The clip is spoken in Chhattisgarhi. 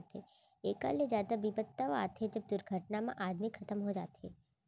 एकर ले जादा बिपत तव आथे जब दुरघटना म आदमी खतम हो जाथे